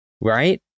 Right